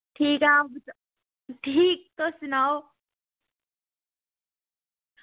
ठीक ठाक ठीक तुस सनाओ